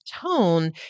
tone